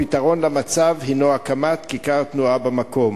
הפתרון למצב הינו הקמת כיכר תנועה במקום.